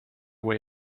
way